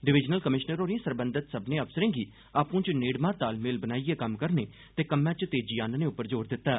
divisional commissioner होरें सरबंधित सब्मनें अफसरें गी आपूं च नेड़मा तालमेल बनाईयें कम्म करने ते कम्मै च तेजी आनने पर जोर दित्ता